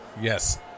yes